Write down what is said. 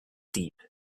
deep